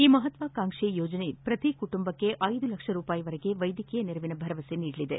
ಈ ಮಹತ್ವಾಕಾಂಕ್ಷೆ ಯೋಜನೆ ಪ್ರತಿ ಕುಟುಂಬಕ್ಕೆ ಐದು ಲಕ್ಷ ರೂಪಾಯಿವರೆಗೆ ವೈದ್ಯಕೀಯ ನೆರವಿನ ಭರವಸೆ ನೀಡಲಿದೆ